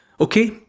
Okay